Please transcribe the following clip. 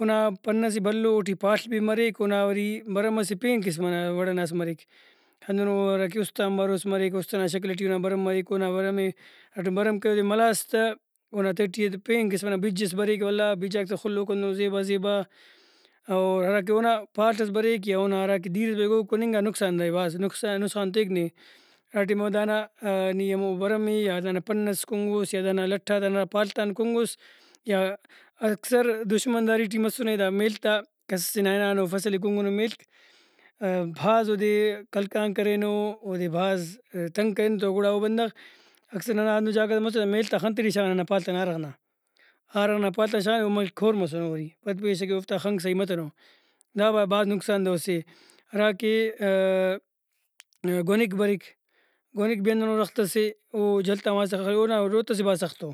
اونا پن سے بھلو اوٹی پال بھی مریک اونا وری بھرم اسہ پین قسم ئنا وڑناس مریک ہندنو ہراکہ اُستان باروس مریک اُست نا شکل ٹی اونا بھرم مریک اونا بھرمے ہراٹائم بھرم کرے اودے ملاس تہ اونا تہٹی اسہ پین قسم ئنا بج ئس بریک ولا بجاک خُلوکو ہندن زیبا زیبا اور ہراکہ اونا پال ئس بریک یا اونا ہراکہ دیرس بریک او کُننگا نقصاندہ اے بھاز نقصان نسخان تیک نے ہرا ٹائما دانا نی ہمو بھرم ئے یا دانا پن ئس کُنگس یا دانا لٹ آتان ہرا پال تان کُنگس یا اکثر دشمن داری ٹی مسنے دا میل تا کس سے نا ہنانو فصل ئے کُنگنو میلک بھاز اودے کلکان کرینو اودے بھاز تنگ کرینو تو گڑا ا بندغ اکثر ننا ہندنو جاگہ ئس مسنے میل تا خن تے ٹی شاغانو ہندا پال تان آرغ نا آرغ نا پال تا شاغارہ او میلک کھور مسنو وری پد بھی سے کہ اوفتا خنک سہی متنو دا بھاز نقصاندہ اوسےہراکہ گؤنک بریک گؤنک بھی ہندنو رخت سے او جل تا ماسا خریک اونا روتہ سے بھاز سختو